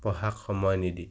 পঢ়াক সময় নিদি